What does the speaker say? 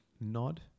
nod